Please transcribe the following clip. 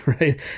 right